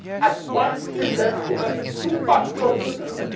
as one seamless, cohesive supercomputer